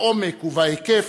בעומק ובהיקף,